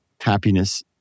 happiness